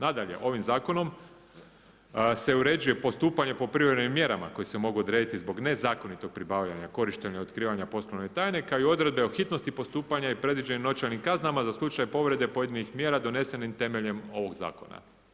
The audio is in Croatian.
Nadalje, ovim zakonom se uređuje postupanje po privremenim mjerama koje se mogu odrediti zbog nezakonitog pribavljanja korištenja i otkrivanja poslovne tajne kao i odredbe o hitnosti postupanja i predviđenih novčanim kaznama za slučaj povrede pojedinih mjera donesenim temeljem ovoga zakona.